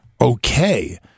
okay